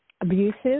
abusive